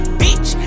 bitch